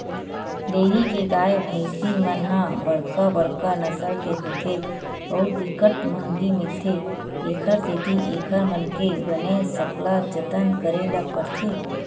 dairy के गाय, भइसी मन ह बड़का बड़का नसल के होथे अउ बिकट महंगी मिलथे, एखर सेती एकर मन के बने सकला जतन करे ल परथे